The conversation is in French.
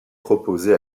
proposé